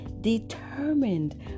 determined